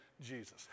Jesus